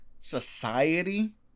society